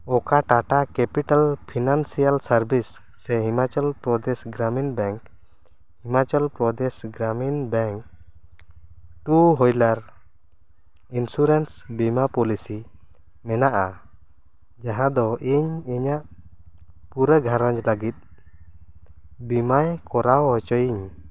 ᱚᱠᱟ Tata capital financial service ᱥᱮ Himachal Pradesh Gramin bank Himachal Pradesh Gramin bank two wheeler insurance ᱵᱤᱢᱟᱹ ᱯᱚᱞᱤᱥᱤ ᱢᱮᱱᱟᱜᱼᱟ ᱡᱟᱦᱟᱸ ᱫᱚ ᱤᱧ ᱤᱧᱟᱹᱜ ᱯᱩᱨᱟᱹ ᱜᱷᱟᱨᱚᱸᱡᱽ ᱞᱟᱹᱜᱤᱫ ᱵᱤᱢᱟᱹᱭ ᱠᱚᱨᱟᱣ ᱚᱪᱚᱭᱟᱹᱧᱟᱹ